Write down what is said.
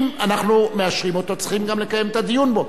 אם אנחנו מאשרים אותו צריכים גם לקיים את הדיון בו.